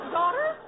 Daughter